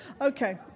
Okay